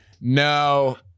No